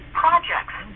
projects